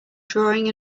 drawing